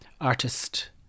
artist